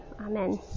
amen